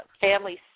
families